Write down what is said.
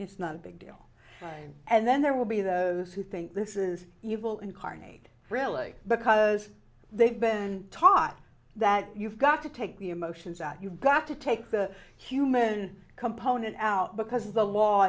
it's not a big deal and then there will be those who think this is evil incarnate really because they've been taught that you've got to take the emotions out you've got to take the human component out because the law